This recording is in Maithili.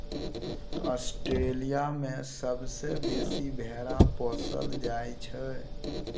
आस्ट्रेलिया मे सबसँ बेसी भेरा पोसल जाइ छै